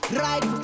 right